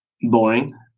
Boring